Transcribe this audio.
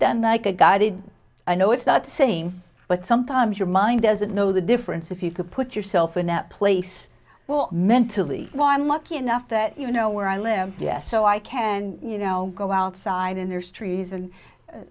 done like a guy did i know it's not same but sometimes your mind doesn't know the difference if you could put yourself in that place mentally while i'm lucky enough that you know where i live yes so i can you know go outside and there's trees and